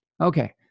Okay